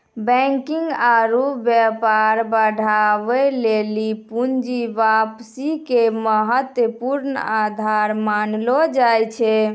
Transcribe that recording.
banking आरु व्यापार बढ़ाबै लेली पूर्ण वापसी के महत्वपूर्ण आधार मानलो जाय छै